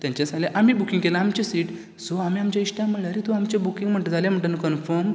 तेंच्यानी सांगलें आमी बुकींग केलां आमचें सीट सो आमी आमच्या इश्टांक म्हणलें आरे तूं आमचें बुकींग म्हणटा जाल्या म्हणटा न्हू कन्फर्म